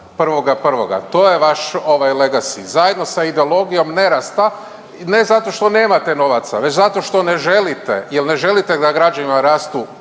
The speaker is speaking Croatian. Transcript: plaća 1.1., to je vaš ovaj, legacy. Zajedno sa ideologijom nerasta, ne zato što nemate novaca, već zato što ne želite, jer ne želite da građanima rastu